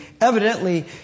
evidently